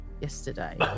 yesterday